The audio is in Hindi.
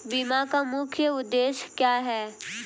बीमा का मुख्य उद्देश्य क्या है?